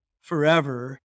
forever